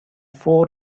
four